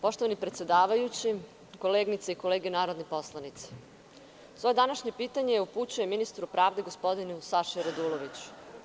Poštovani predsedavajući, koleginice i kolege narodni poslanici, svoje današnje pitanje upućujem ministru privrede, gospodinu Saši Raduloviću.